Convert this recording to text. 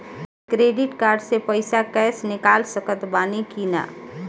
Credit card से पईसा cash निकाल सकत बानी की ना?